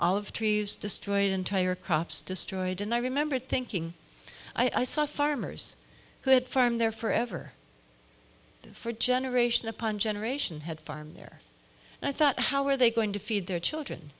olive trees destroyed entire crops destroyed and i remember thinking i saw farmers who had farm there forever for generation upon generation head farm there and i thought how are they going to feed their children